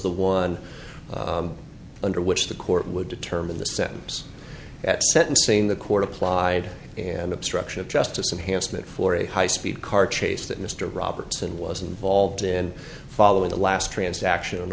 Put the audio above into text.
the one under which the court would determine the sentence at sentencing the court applied and obstruction of justice enhanced it for a high speed car chase that mr robertson was involved in following the last transaction